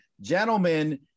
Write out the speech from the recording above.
gentlemen